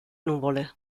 nuvole